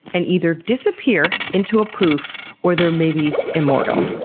and either disappear into a poof, or they're maybe immortal.